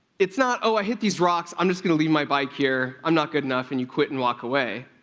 it's not, oh, i hit these rocks. i'm just going to leave my bike here. i'm not good enough, and you quit and walk away.